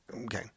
Okay